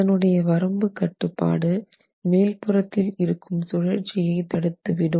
அதனுடைய வரம்பு கட்டுப்பாடு மேல் புறத்தில் இருக்கும் சுழற்சியை தடுத்துவிடும்